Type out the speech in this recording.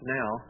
now